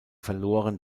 verloren